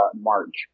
March